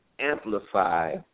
amplify